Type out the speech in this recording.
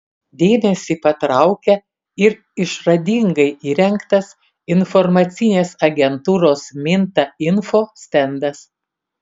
dėmesį patraukia ir išradingai įrengtas informacinės agentūros minta info stendas